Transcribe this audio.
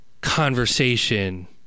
conversation